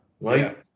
right